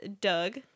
Doug